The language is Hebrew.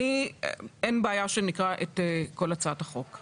אין בעיה שנקרא את כל הצעת החוק .